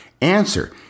Answer